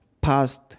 past